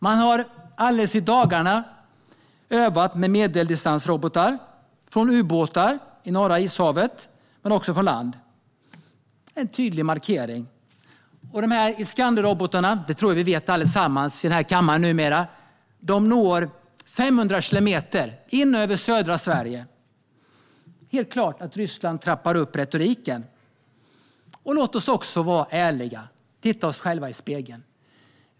Man har i dagarna övat med medeldistansrobotar från ubåtar i Norra ishavet men också från land. Det är en tydlig markering. Jag tror att vi alla i kammaren numera vet att de här Iskanderrobotarna når 500 kilometer in över södra Sverige. Det är helt klart att Ryssland trappar upp retoriken. Låt oss också vara ärliga och titta på oss själva i spegeln!